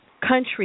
country